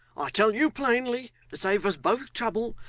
i tell you plainly, to save us both trouble,